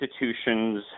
institutions